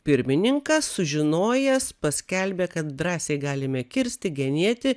pirmininkas sužinojęs paskelbė kad drąsiai galime kirsti genėti